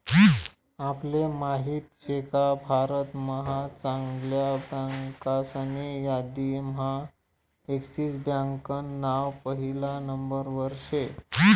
आपले माहित शेका भारत महा चांगल्या बँकासनी यादीम्हा एक्सिस बँकान नाव पहिला नंबरवर शे